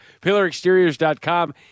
PillarExteriors.com